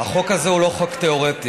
החוק הזה הוא לא חוק תיאורטי.